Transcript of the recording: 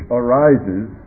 arises